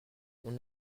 mon